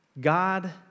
God